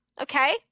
okay